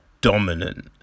dominant